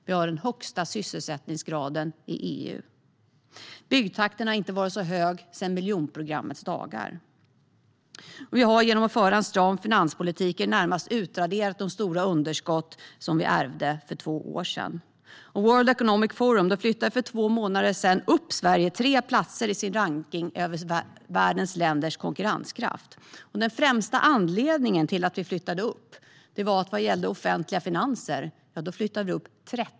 Vi har den högsta sysselsättningsgraden i EU. Byggtakten har inte varit så hög sedan miljonprogrammets dagar. Vi har genom att föra en stram finanspolitik i det närmaste utraderat de stora underskott som vi ärvde för två år sedan. World Economic Forum flyttade för två månader sedan upp Sverige tre platser i sin rankning över världens länders konkurrenskraft. Den främsta anledningen till det var att vi flyttades upp 30 placeringar vad gäller offentliga finanser.